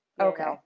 Okay